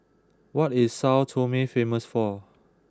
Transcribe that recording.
what is Sao Tome famous for